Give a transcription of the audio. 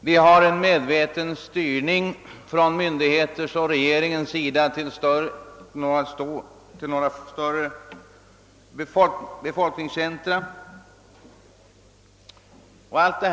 Det förekommer en medveten styrning från myndigheter och regering till några större befolkningscentra i vårt land.